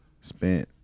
spent